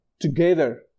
together